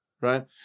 right